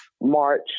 march